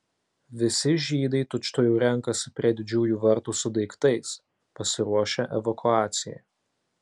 visi žydai tučtuojau renkasi prie didžiųjų vartų su daiktais pasiruošę evakuacijai